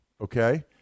okay